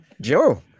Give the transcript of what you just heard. Joe